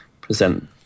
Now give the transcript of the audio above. present